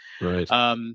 Right